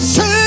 Say